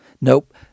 Nope